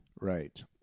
Right